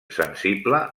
sensible